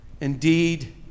Indeed